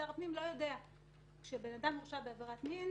שר הפנים לא יודע שבן אדם הורשע בעבירת מין.